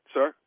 Sir